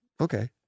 Okay